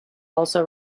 also